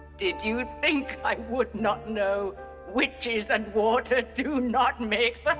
did you think i would not know witches and water do not mix?